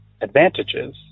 advantages